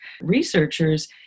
researchers